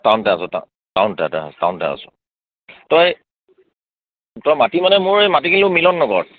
টাউনতে আছোঁ টাউনতে টাউনতে আছোঁ তই তই মাটি মানে মোৰ এই মাটি কিনিলোঁ মিলন নগৰত